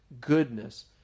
Goodness